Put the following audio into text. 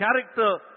character